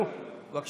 נו, בבקשה.